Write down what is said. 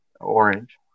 orange